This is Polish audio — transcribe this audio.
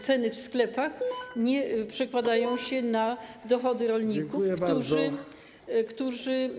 Ceny w sklepach nie przekładają się na dochody rolników, którzy.